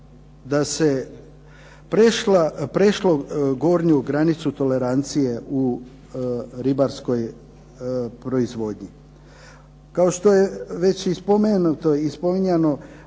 da se prešlo gornju granicu tolerancije u ribarskoj proizvodnji. Kao što je već i spomenuto i spominjano,